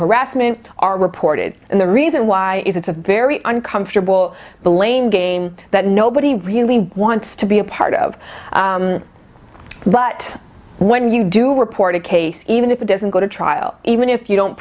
harassment are reported and the reason why is it's a very uncomfortable blame game that nobody really wants to be a part of but when you do report a case even if it doesn't go to trial even if you don't